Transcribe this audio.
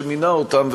שמינה אותם,